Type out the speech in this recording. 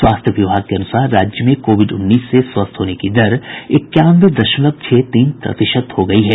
स्वास्थ्य विभाग के अनुसार राज्य में कोविड उन्नीस से स्वस्थ होने की दर इक्यानवे दशमलव छह तीन प्रतिशत हो गयी है